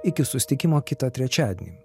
iki susitikimo kitą trečiadienį